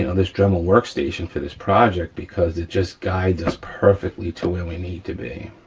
ah this dremel workstation for this project because it just guides us perfectly to where we need to be.